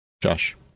josh